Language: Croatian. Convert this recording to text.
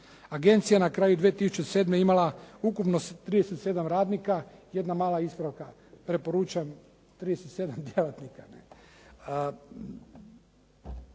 Agencija je na kraju 2007. imala ukupno 37 radnika. Jedna mala ispravka. Preporučam 37 djelatnika.